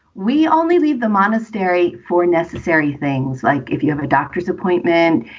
we only leave the monastery for necessary things, like if you have a doctor's appointment,